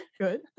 good